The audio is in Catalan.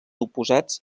oposats